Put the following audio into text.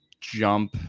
jump